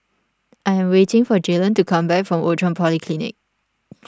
I am waiting for Jalen to come back from Outram Polyclinic